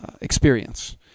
experience